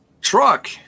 truck